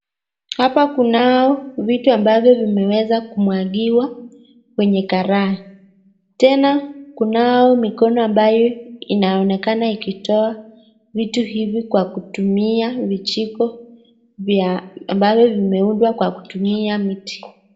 hapa kunao vitu ambavyo vimeweza kumwagiwa kwenye karai, tena kunao mikono ambayo inaonekana ikitoa vitu hivi kwa kutumia vijiko ambavyo vimeundwa kwa kutumia miti.